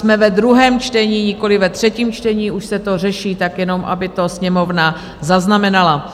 Jsme ve druhém čtení, nikoliv ve třetím čtení, už se to řeší, tak jenom aby to Sněmovna zaznamenala.